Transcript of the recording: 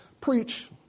Preach